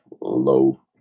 low